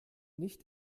nicht